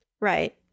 Right